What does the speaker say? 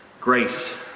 grace